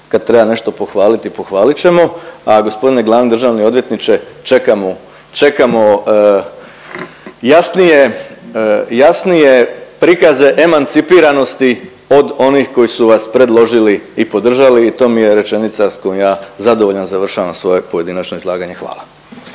kad treba nešto pohvaliti pohvalit ćemo, a gospodine glavni državni odvjetniče čekamo jasnije prikaze emancipiranosti od onih koji su vas predložili i podržali i to mi je rečenica sa kojom ja zadovoljan završavam svoje pojedinačno izlaganje. Hvala.